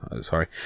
Sorry